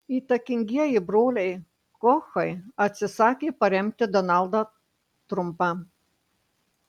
įtakingieji broliai kochai atsisakė paremti donaldą trumpą